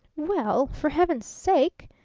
well, for heaven's sake!